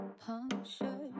Puncture